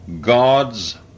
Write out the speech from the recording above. God's